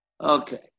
Okay